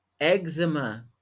Eczema